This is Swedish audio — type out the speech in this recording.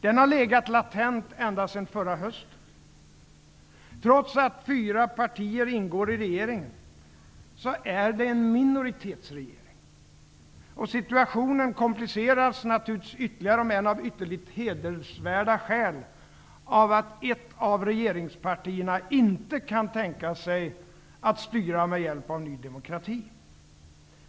Den har legat latent ändå sedan förra hösten. Trots att fyra partier ingår i regeringen, är det en minoritetsregering. Situationen kompliceras naturligtvis ytterligare, om än av ytterligt hedervärda skäl, av att ett av regeringspartierna inte kan tänka sig att styra med hjälp av Ny demokrati.